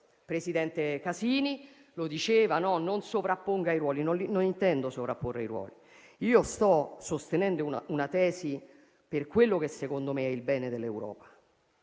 Il presidente Casini diceva di non sovrapporre i ruoli. Non intendo sovrapporre i ruoli; io sto sostenendo una tesi per quello che secondo me è il bene dell'Europa,